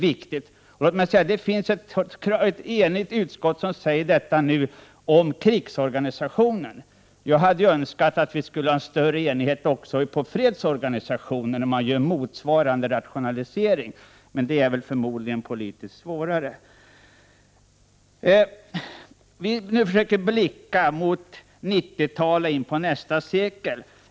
Ett enigt utskott säger detta nu om krigsorganisationen. Jag hade önskat att vi skulle ha en större enighet också i fråga om fredsorganisationen när man gör motsvarande rationalisering. Men det är förmodligen politiskt svårare. Vi försöker nu blicka mot 90-talet och in på nästa sekel.